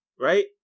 Right